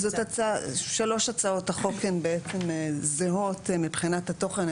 שלוש הצעות החוק הן בעצם זהות מבחינת התוכן.